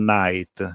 night